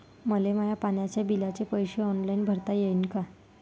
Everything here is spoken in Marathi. मले माया पाण्याच्या बिलाचे पैसे ऑनलाईन भरता येईन का?